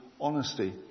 honesty